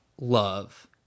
love